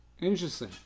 Interesting